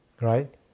right